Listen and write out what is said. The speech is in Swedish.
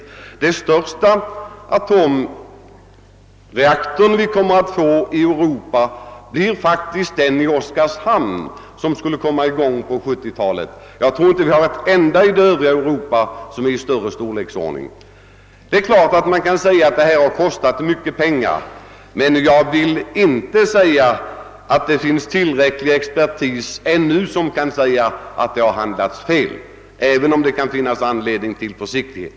En av de största atomreaktorer vi kommer att få i Europa blir faktiskt den i Oskarshamn, som skall komma i gång på 1970-talet. Jag tror inte att det finns någon ännu av större storlek i Europa. Det är klart att utvecklingen kostat mycket pengar, men jag vill inte gå med på att det finns tillräckliga skäl att hävda att vi handlat fel, även om det kan finnas anledning till försiktighet.